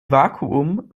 vakuum